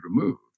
removed